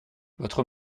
votre